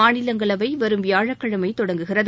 மாநிலங்களவைவரும் வியாழக்கிழமைதொடங்குகிறது